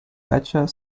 ledger